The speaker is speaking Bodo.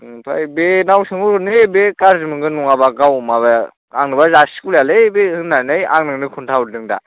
ओमफ्राय बेनाव सोंहरग्रोनि बे गारज्रि मोनगोन नङाबा गाव माबा आंनोबा जासिगु लायालै बे होननानै आं नोंनो खोन्थाहरदों दा